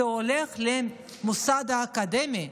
זה הולך למוסד האקדמי,